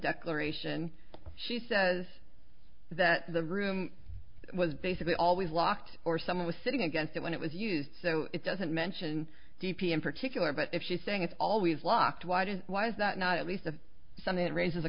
declaration she says that the room was basically always locked or someone was sitting against it when it was used so it doesn't mention d p in particular but if she's saying it's always locked why does why is that not at least to some it raises